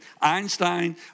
Einstein